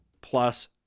plus